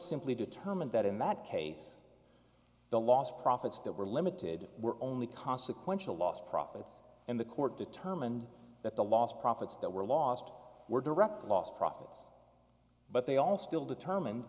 simply determined that in that case the lost profits that were limited were only consequential loss profits and the court determined that the lost profits that were lost were direct lost profits but they all still determined